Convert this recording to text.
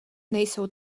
nejsou